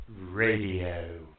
Radio